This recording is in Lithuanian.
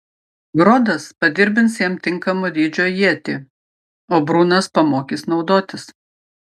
grodas padirbins jam tinkamo dydžio ietį o brunas pamokys naudotis